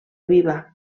viva